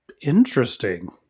Interesting